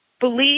believe